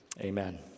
Amen